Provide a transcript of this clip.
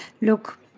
Look